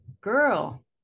girl